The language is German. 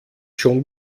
schon